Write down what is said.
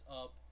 up